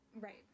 right